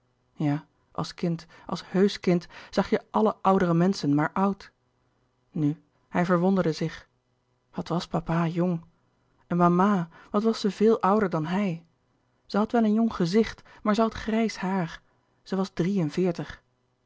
ja als kind als heusch kind zag je alle oudere menschen maar oud nu hij verwonderde zich wat was papa jong en mama wat was ze veel ouder dan hij zij had wel een jong gezicht maar zij had grijs haar zij was drie-en-veertig